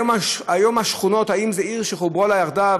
היום השכונות, האם זו עיר שחוברה לה יחדיו?